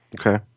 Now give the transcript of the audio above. Okay